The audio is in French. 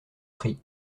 prix